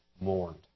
mourned